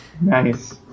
nice